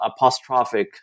apostrophic